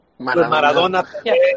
Maradona